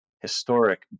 historic